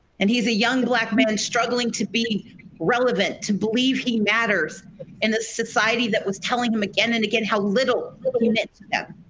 and he's a young black man and struggling to be relevant to believe he matters in a society that was telling him again and again how little he meant to them.